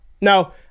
No